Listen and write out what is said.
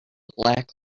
black